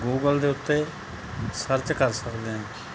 Google ਦੇ ਉੱਤੇ search ਕਰ ਸਕਦੇ ਹਾਂ